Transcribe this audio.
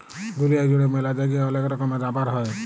দুলিয়া জুড়ে ম্যালা জায়গায় ওলেক রকমের রাবার হ্যয়